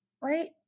right